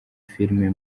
filime